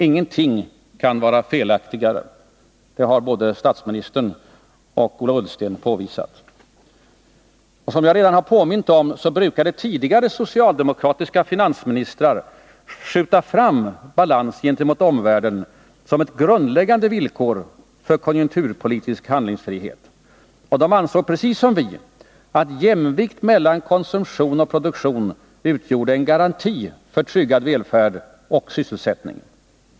Ingenting kan vara mera felaktigt — det har-både statsministern och Ola Ullsten påvisat. Som jag redan har påmint om, brukade tidigare socialdemokratiska finansministrar skjuta fram balans gentemot omvärlden som ett grundläggande villkor för konjunkturpolitisk handlingsfrihet. De ansåg, precis som vi, att jämvikt mellan konsumtion och produktion utgjorde en garanti för tryggad välfärd och sysselsättning.